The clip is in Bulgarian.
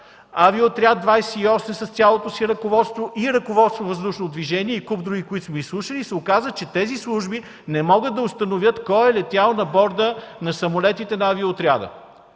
Авиоотряд 28 с цялото си ръководство, „Ръководство на въздушното движение” и куп други, които сме изслушали, тези служби не могат да установят кой е летял на борда на самолетите на авиоотряда.